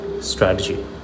strategy